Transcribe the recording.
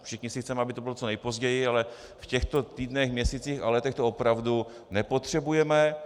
Všichni chceme, aby to bylo co nejpozději, ale v těchto týdnech, měsících a letech to opravdu nepotřebujeme.